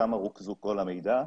שם רוכז כל המידע.